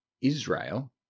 Israel